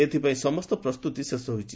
ଏଥିପାଇଁ ସମସ୍ତ ପ୍ରସ୍ତୁତି ଶେଷ ହୋଇଛି